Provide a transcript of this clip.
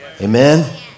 Amen